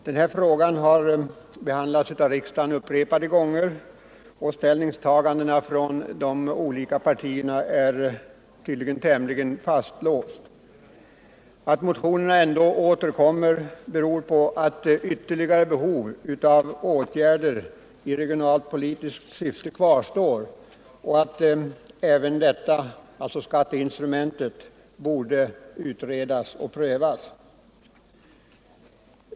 Det är en fråga som har behandlats av riksdagen upprepade gånger, och ställningstagandena i de olika partierna är tydligen ganska fastlåsta. Att motionerna ändå återkommer beror på att behovet av ytterligare åtgärder i regionalpolitiskt syfte kvarstår och att även skatteinstrumentet då borde utredas och prövas.